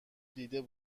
دیده